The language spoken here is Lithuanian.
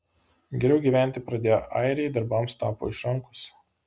geriau gyventi pradėję airiai darbams tapo išrankūs